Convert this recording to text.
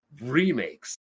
remakes